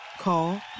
Call